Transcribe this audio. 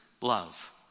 love